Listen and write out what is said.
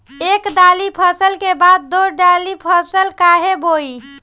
एक दाली फसल के बाद दो डाली फसल काहे बोई?